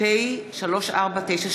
ארבעה נמנעים.